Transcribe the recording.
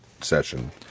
session